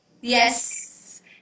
Yes